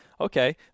okay